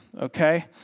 okay